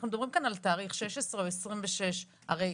אנחנו מדברים כאן על התאריך 16 או 26, הרי